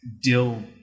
dill